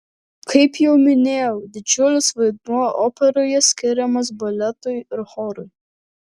kaip jau minėjau didžiulis vaidmuo operoje skiriamas baletui ir chorui